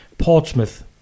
Portsmouth